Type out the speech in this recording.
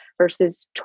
versus